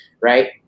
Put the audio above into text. right